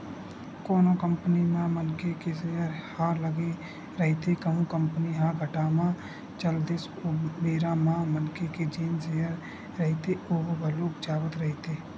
कोनो कंपनी म मनखे के सेयर ह लगे रहिथे कहूं कंपनी ह घाटा म चल दिस ओ बेरा म मनखे के जेन सेयर रहिथे ओहा घलोक जावत रहिथे